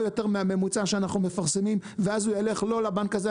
יותר מהממוצע שאנחנו מפרסמים ואז הוא ילך לא לבנק הזה,